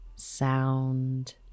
sound